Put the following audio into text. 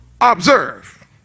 observe